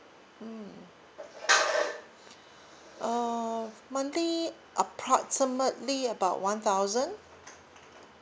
mm uh monthly approximately about one thousand